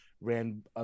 ran